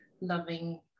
loving